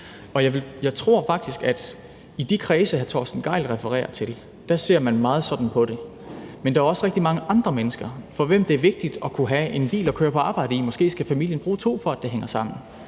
Jeg tror faktisk, at i de kredse, hr. Torsten Gejl refererer til, ser man meget på det sådan. Men der er også rigtig mange andre mennesker, for hvem det er vigtigt at kunne have en bil at køre på arbejde i, måske skal familien bruge to, for at det hænger sammen.